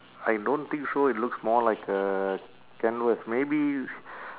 I don't think so it looks more like a canvas maybe